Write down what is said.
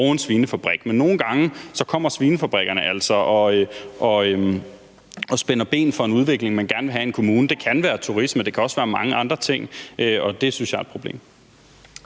og en svinefabrik, men nogle gange kommer svinefabrikkerne altså og spænder ben for en udvikling, man gerne vil have i en kommune. Det kan være turisme, men det kan også være mange andre ting, og det synes jeg er et problem.